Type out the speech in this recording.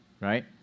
right